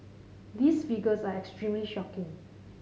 these figures are extremely shocking